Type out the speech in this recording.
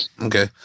okay